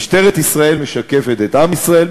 משטרת ישראל משקפת את עם ישראל,